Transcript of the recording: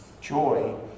joy